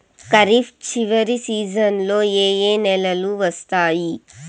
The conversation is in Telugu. ఖరీఫ్ చివరి సీజన్లలో ఏ ఏ నెలలు వస్తాయి